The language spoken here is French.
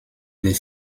des